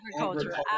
agriculture